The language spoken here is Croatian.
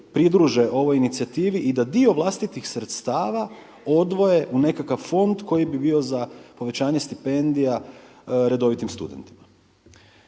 pridruže ovoj inicijativi i da dio vlastitih sredstava odvoje u nekakav fond koji bi bio za povećanje stipendija redovitim studentima.